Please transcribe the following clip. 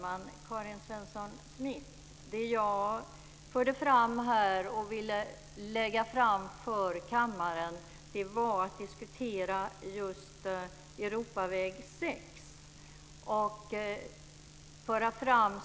Fru talman! Det jag ville diskutera i kammaren var just Europaväg 6, Karin Svensson Smith.